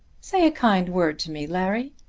say a kind word to me, larry.